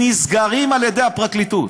נסגרים על ידי הפרקליטות.